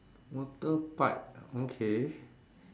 water pipe okay